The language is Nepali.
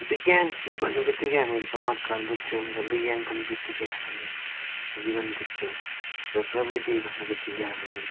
विज्ञान भन्ने बित्तिकै हामीले चमत्कार बुझ्छौँ र विज्ञान भन्ने बित्तिकै हामीले जीवन बुझ्छौँ र प्रविधि भन्ने बित्तिकै हामीले